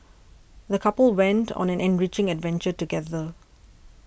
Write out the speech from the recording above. the couple went to on an enriching adventure together